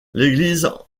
l’église